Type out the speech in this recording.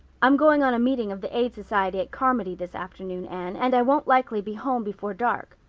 i'm going on a meeting of the aid society at carmody this afternoon, anne, and i won't likely be home before dark.